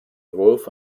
entwurf